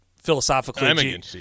Philosophically